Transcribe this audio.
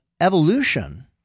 evolution